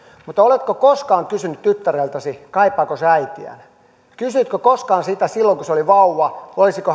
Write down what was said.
mutta oletko koskaan kysynyt tyttäreltäsi kaipaako hän äitiään kysyitkö koskaan häneltä silloin kun hän oli vauva olisiko